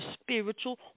spiritual